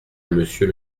monsieur